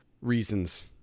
reasons